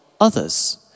others